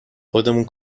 خودمون